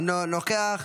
אינו נוכח,